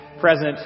present